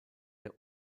der